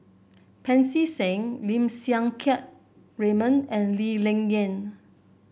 Pancy Seng Lim Siang Keat Raymond and Lee Ling Yen